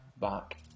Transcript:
back